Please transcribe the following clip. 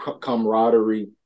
camaraderie